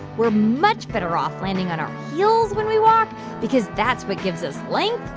we're much better off landing on our heels when we walk because that's what gives us length,